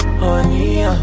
Honey